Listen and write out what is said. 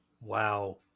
Wow